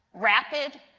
rapid,